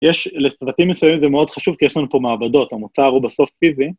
יש... לסרטים מסוימים זה מאוד חשוב כי יש לנו פה מעבדות, המוצר הוא בסוף פיזי.